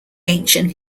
ancient